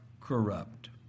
corrupt